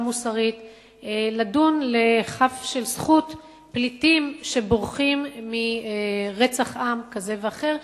מוסרית לדון לכף של זכות פליטים שבורחים מרצח עם כזה או אחר,